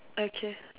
okay